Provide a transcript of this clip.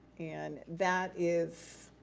and that is,